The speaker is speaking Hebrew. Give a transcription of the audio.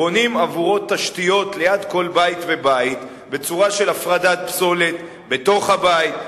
בונים עבורו תשתיות ליד כל בית ובית בצורה של הפרדת פסולת בתוך הבית,